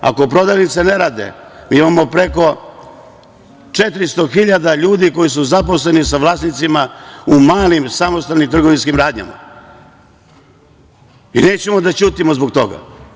Ako prodavnice ne rade, mi imamo preko 400 hiljada ljudi koji su zaposleni sa vlasnicima u malim samostalnim trgovinskim radnjama i nećemo da ćutimo zbog toga.